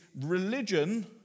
religion